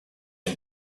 him